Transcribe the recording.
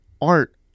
art